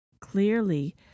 clearly